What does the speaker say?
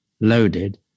loaded